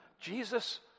Jesus